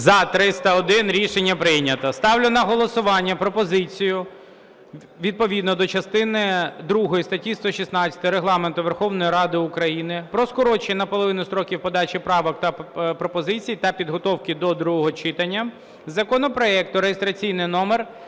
За-301 Рішення прийнято. Ставлю на голосування пропозицію відповідно до частини другої статті 116 Регламенту Верховної Ради України про скорочення наполовину строків подачі правок та пропозицій, та підготовки до другого читання законопроекту (реєстраційний номер